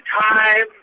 time